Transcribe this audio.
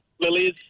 Lilies